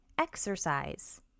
exercise